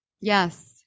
Yes